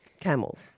camels